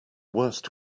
worst